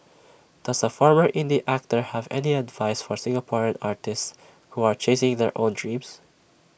does the former indie actor have any advice for Singaporean artists who are chasing their own dreams